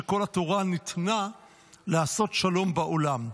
שכל התורה ניתנה לעשות שלום בעולם".